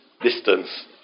distance